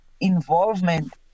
involvement